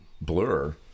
blur